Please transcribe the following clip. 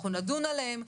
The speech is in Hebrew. אנחנו נדון עליהן.